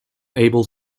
able